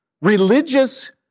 Religious